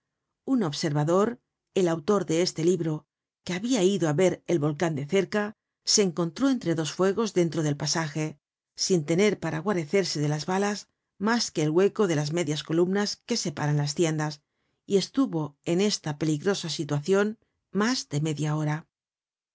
un observador el autor de este libro que habia ido á ver el volcan de cerca se encontró entre dos fuegos dentro del pasaje sin tener para guarecerse de las balas mas que el hueco de las medias columnas que separan las tiendas y estuvo en esta peligrosa situacion mas de media hora